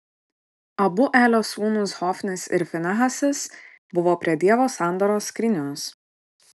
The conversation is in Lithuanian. abu elio sūnūs hofnis ir finehasas buvo prie dievo sandoros skrynios